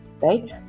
Right